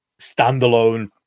standalone